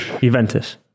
Juventus